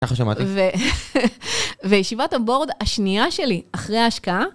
ככה שמעתי. וישיבת הבורד השנייה שלי אחרי ההשקעה...